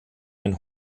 den